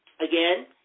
again